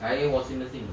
kain mashing machine